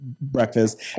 breakfast